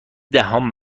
دهان